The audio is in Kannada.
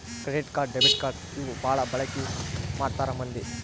ಕ್ರೆಡಿಟ್ ಕಾರ್ಡ್ ಡೆಬಿಟ್ ಕಾರ್ಡ್ ಇವು ಬಾಳ ಬಳಿಕಿ ಮಾಡ್ತಾರ ಮಂದಿ